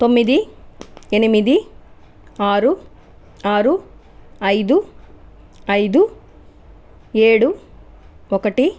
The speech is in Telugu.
తొమ్మిది ఎనిమిది ఆరు ఆరు ఐదు ఐదు ఏడు ఒకటి